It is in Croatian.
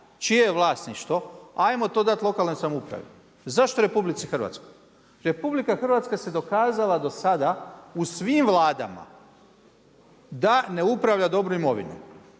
čije je vlasništvo ajmo to dati lokalnoj samoupravi. Zašto RH? RH se dokazala do sada u svim vladama da ne upravlja dobro imovinom.